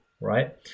right